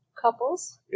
couples